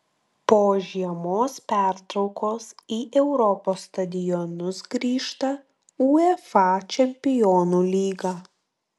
po žiemos pertraukos į europos stadionus grįžta uefa čempionų lyga